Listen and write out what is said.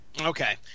Okay